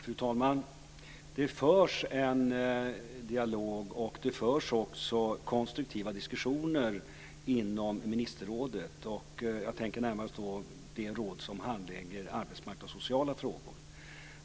Fru talman! Det förs en dialog, och det förs också konstruktiva diskussioner inom ministerrådet. Jag tänker närmast på det råd som handlägger arbetsmarknadssociala frågor.